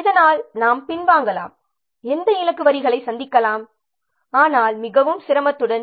இதனால் நாம் பின்வாங்கலாம் எந்த இலக்கு வரிகளை சந்திக்கலாம் ஆனால் மிகவும் சிரமத்துடன்